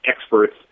experts